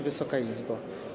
Wysoka Izbo!